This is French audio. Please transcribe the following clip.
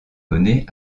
donné